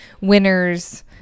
winners